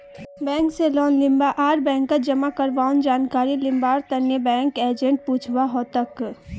bank स loan लीबा आर बैंकत जमा करवार जानकारी लिबार तने बैंक एजेंटक पूछुवा हतोक